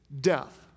Death